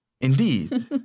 Indeed